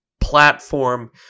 platform